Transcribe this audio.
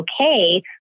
okay